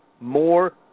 more